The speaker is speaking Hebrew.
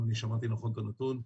אם אני שמעתי נכון את הנתון,